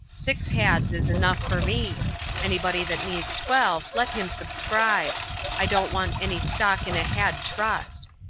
six hads is enough for me anybody that needs twelve, let him subscribe i don't want any stock in a had trust.